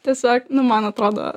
tiesiog nu man atrodo